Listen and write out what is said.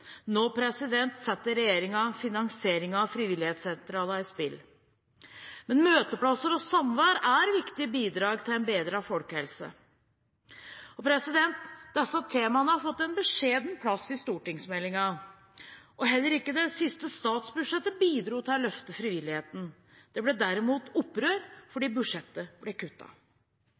Nå setter regjeringen finansieringen av frivillighetssentralene i spill. Men møteplasser og samvær er viktige bidrag til en bedret folkehelse. Disse temaene har fått en beskjeden plass i stortingsmeldingen, og heller ikke det siste statsbudsjettet bidro til å løfte frivilligheten. Det ble derimot opprør